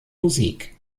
musik